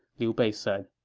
liu bei said